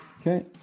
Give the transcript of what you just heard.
Okay